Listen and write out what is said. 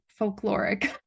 folkloric